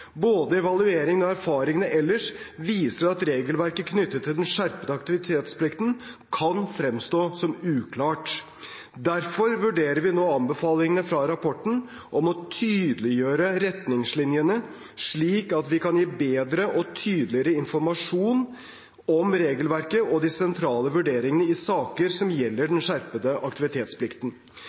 Både evalueringen og erfaringer ellers viser at regelverket knyttet til den skjerpede aktivitetsplikten, kan fremstå som uklart. Derfor vurderer vi nå anbefalingene fra rapporten om å tydeliggjøre retningslinjene slik at vi kan gi bedre og tydeligere informasjon om regelverket og de sentrale vurderingene i saker som gjelder den skjerpede aktivitetsplikten.